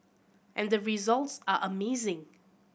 and the results are amazing